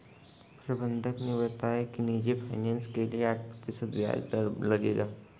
प्रबंधक ने बताया कि निजी फ़ाइनेंस के लिए आठ प्रतिशत ब्याज दर लगेगा